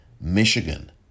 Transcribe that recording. Michigan